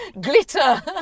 Glitter